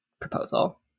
proposal